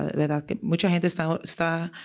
ah mucho hay de estado esta